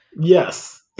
Yes